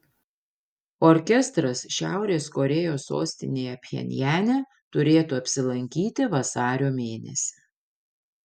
orkestras šiaurės korėjos sostinėje pchenjane turėtų apsilankyti vasario mėnesį